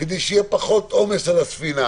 כדי שיהיה פחות עומס על הספינה.